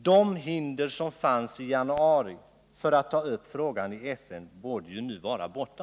De hinder som fanns i januari mot att ta upp frågan i FN borde nu vara borta.